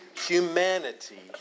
humanity